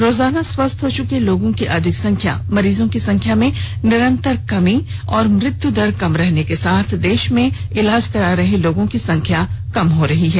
रोजाना स्वस्थ हो रहे लोगों की अधिक संख्या मरीजों की संख्या में निरंतर कमी और मृत्यू दर कम रहने के साथ देश में इलाज करा रहे लोगों की संख्या कम हो रही है